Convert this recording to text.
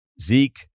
Zeke